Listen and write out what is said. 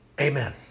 Amen